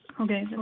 Okay